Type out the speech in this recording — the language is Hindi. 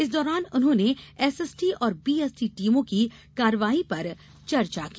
इस दौरान उन्होंने एसएसटी और बीएसटी टीमों की कार्यवाही पर चर्चा की